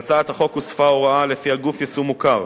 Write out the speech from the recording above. להצעת החוק הוספה הוראה שלפיה גוף יישום מוכר